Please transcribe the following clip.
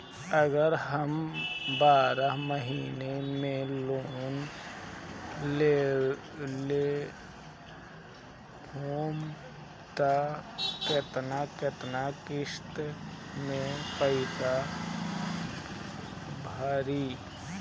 अगर हम बारह महिना के लोन लेहेम त केतना केतना किस्त मे पैसा भराई?